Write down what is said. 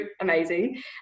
amazing